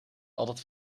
altijd